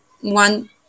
one